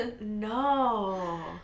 No